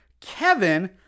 Kevin